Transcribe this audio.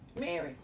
Mary